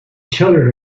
children